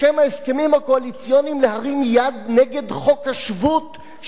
להרים יד נגד חוק השבות של מדינת ישראל?